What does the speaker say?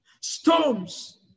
Storms